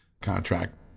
contract